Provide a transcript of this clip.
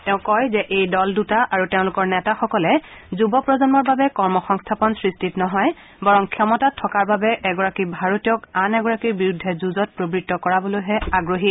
তেওঁ কয় যে এই দল দূটা আৰু তেওঁলোকৰ নেতাসকলে যুৱ প্ৰজন্মৰ বাবে কৰ্মসংস্থাপন সৃষ্টিত নহয় বৰং ক্ষমতাত থকাৰ বাবে এগৰাকী ভাৰতীয়ক আন এগৰাকীৰ বিৰুদ্ধে যুঁজত প্ৰবৃত্ত কৰাবলৈহে আগ্ৰহী